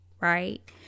right